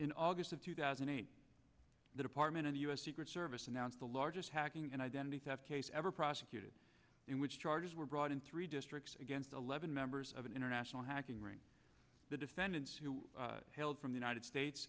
in august of two thousand and eight the department of the u s secret service announced the largest hacking and identity theft case ever prosecuted in which charges were brought in three districts against eleven members of an international hacking ring the defendants who hailed from the united states